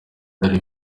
byari